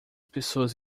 pessoas